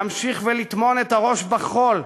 להמשיך ולטמון את הראש בחול,